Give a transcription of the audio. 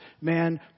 man